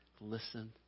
Listen